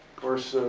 course,